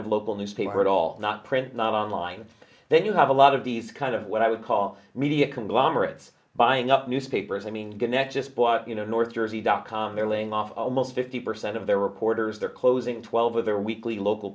of local newspaper at all not print not online then you have a lot of these kind of what i would call media conglomerates buying up newspapers i mean going next just north jersey dot com they're laying off almost fifty percent of their reporters they're closing twelve of their weekly local